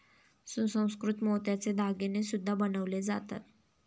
सुसंस्कृत मोत्याचे दागिने सुद्धा बनवले जातात